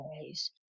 days